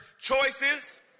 Choices